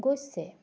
গৈছে